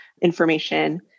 information